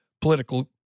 political